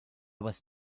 was